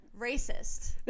racist